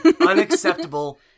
unacceptable